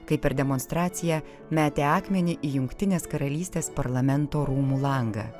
kai per demonstraciją metė akmenį į jungtinės karalystės parlamento rūmų langą